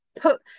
put